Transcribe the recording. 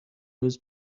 روز